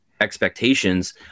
expectations